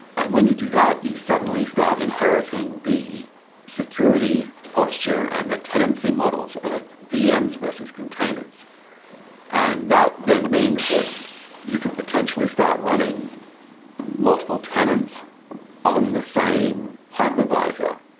and when you do that, you suddenly start inheriting the security posture and the tenancy models of vms versus containers and that then means that you could potentially start running multiple tenants on the same hypervisor,